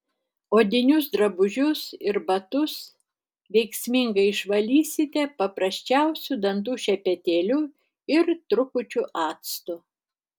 odinius drabužius ir batus veiksmingai išvalysite paprasčiausiu dantų šepetėliu ir trupučiu acto